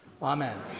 Amen